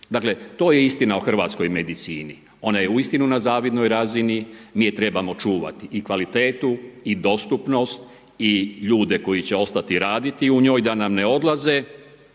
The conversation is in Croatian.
Dakle, to je istina o hrvatskoj medicini, ona je uistinu na zavidnoj razini, mi je trebamo čuvati i kvalitetu i dostupnost i ljude koji će ostati raditi u njoj da nam ne odlaze.